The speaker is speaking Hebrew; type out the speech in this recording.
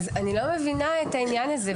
אז אני לא מבינה את העניין הזה.